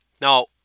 Now